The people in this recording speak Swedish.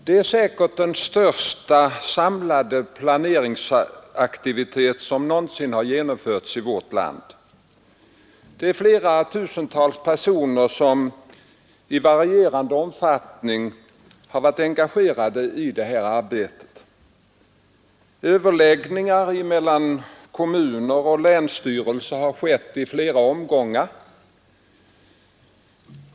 Det är säkert den största samlade planeringsaktivitet som någonsin förekommit i vårt land, och flera tusen personer har i varierande omfattning varit engagerade i arbetet. Överläggningar mellan kommuner och länsstyrelser har hållits i flera omgångar.